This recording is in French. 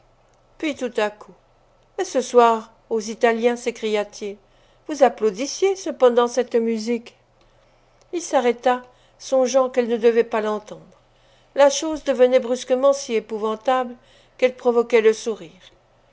puis tout à coup mais ce soir aux italiens s'écria-t-il vous applaudissiez cependant cette musique il s'arrêta songeant qu'elle ne devait pas l'entendre la chose devenait brusquement si épouvantable qu'elle provoquait le sourire